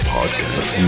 Podcast